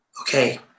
okay